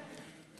כן.